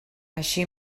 així